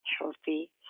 Healthy